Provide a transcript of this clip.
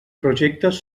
projectes